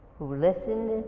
who listened